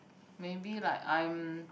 maybe like I'm